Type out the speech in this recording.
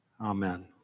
amen